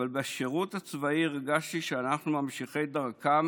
אבל בשירות הצבאי הרגשתי שאנחנו ממשיכי דרכם